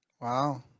Wow